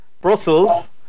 Brussels